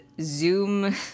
Zoom